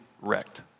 wrecked